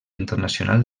internacional